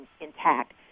intact